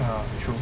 ya true